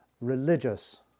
religious